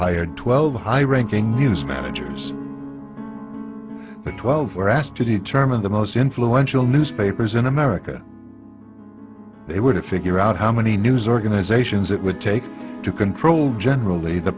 hired twelve high ranking news managers to twelve were asked to determine the most influential newspapers in america they were to figure out how many news organizations it would take to control generally the